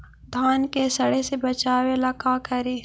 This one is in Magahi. धान के सड़े से बचाबे ला का करि?